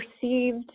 perceived